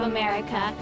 America